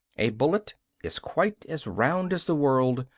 a bullet is quite as round as the world,